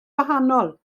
wahanol